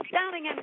Downing